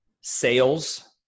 sales